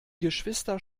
geschwister